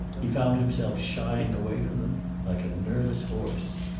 he found himself shying away from them like a nervous horse.